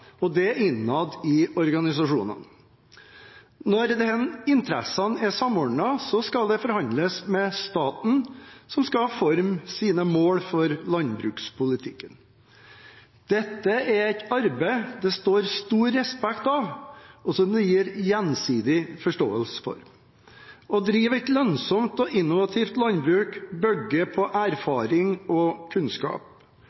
– og det innad i organisasjonene. Når disse interessene er samordnet, skal det forhandles med staten, som skal forme sine mål for landbrukspolitikken. Dette er et arbeid det står stor respekt av, og som det er gjensidig forståelse for. Å drive et lønnsomt og innovativt landbruk bygger på